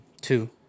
Two